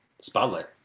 Spotlight